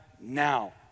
now